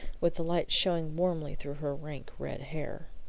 with the light showing warmly through her rank red hair.